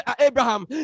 Abraham